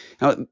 now